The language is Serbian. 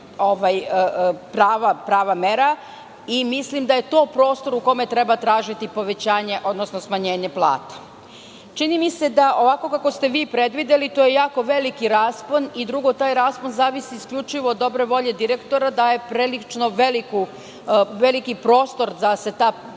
prava mera, i mislim da je to prostor u kome treba tražiti povećanje, odnosno smanjenje plata. Čini mi se da ovako kako ste vi predvideli, to je jako veliki raspon, i drugo, taj raspon zavisi isključivo od dobre volje direktora daje prilično veliki prostor da se ta dobra